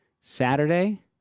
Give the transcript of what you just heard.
Saturday